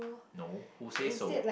no who says so